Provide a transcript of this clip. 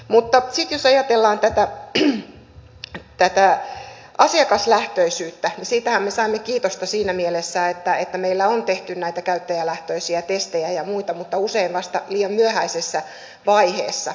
mutta sitten jos ajatellaan tätä asiakaslähtöisyyttä siitähän me saimme kiitosta siinä mielessä että meillä on tehty näitä käyttäjälähtöisiä testejä ja muita mutta usein vasta liian myöhäisessä vaiheessa